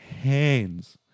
hands